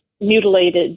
mutilated